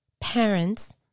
Parents